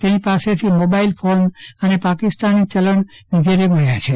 તેની પાસેથી mobile phone Pakistani ચલણ વિગેરે મળેલ છે